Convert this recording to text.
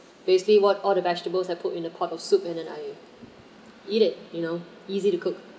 basically what all the vegetables I put in a pot of soup and then I eat it you know easy to cook